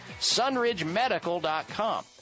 sunridgemedical.com